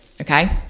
okay